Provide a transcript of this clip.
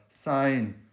sign